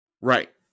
right